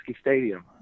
Stadium